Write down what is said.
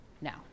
Now